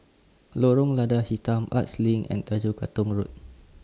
Lorong Lada Hitam Arts LINK and Tanjong Katong Road